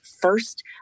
first